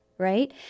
right